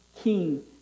king